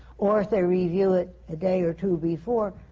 or if they review it a day or two before,